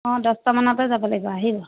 অঁ দছটামানতে যাব লাগিব আহিবা